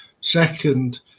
Second